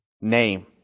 name